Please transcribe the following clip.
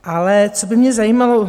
Ale co by mě zajímalo?